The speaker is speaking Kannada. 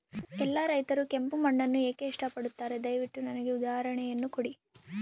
ಎಲ್ಲಾ ರೈತರು ಕೆಂಪು ಮಣ್ಣನ್ನು ಏಕೆ ಇಷ್ಟಪಡುತ್ತಾರೆ ದಯವಿಟ್ಟು ನನಗೆ ಉದಾಹರಣೆಯನ್ನ ಕೊಡಿ?